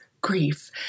grief